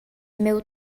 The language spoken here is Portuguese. meu